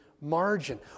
margin